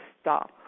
stop